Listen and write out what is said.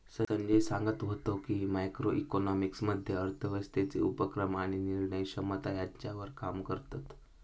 संजय सांगत व्हतो की, मॅक्रो इकॉनॉमिक्स मध्ये अर्थव्यवस्थेचे उपक्रम आणि निर्णय क्षमता ह्यांच्यावर काम करतत